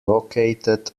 located